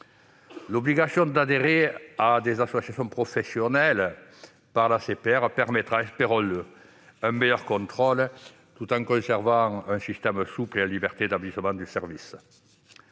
L'obligation d'adhésion à des associations professionnelles agréées par l'ACPR permettra, espérons-le, un meilleur contrôle, tout en conservant un système souple et la liberté d'établissement et de services.